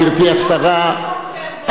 גברתי השרה,